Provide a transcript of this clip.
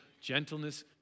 gentleness